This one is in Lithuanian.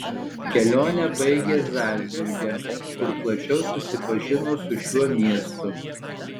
kelionę baigė zalcburge kur plačiau susipažino su šiuo miestu